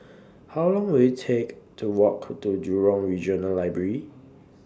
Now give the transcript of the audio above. How Long Will IT Take to Walk to Jurong Regional Library